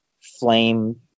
flame